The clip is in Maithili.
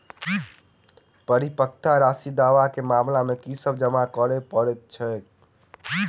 परिपक्वता राशि दावा केँ मामला मे की सब जमा करै पड़तै छैक?